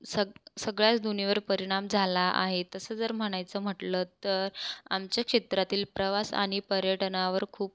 सग् सगळ्याच दुनियेवर परिणाम झाला आहे तसं जर म्हणायचं म्हटलं तर आमच्या क्षेत्रातील प्रवास आणि पर्यटनावर खूप